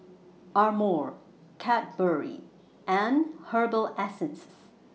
Amore Cadbury and Herbal Essences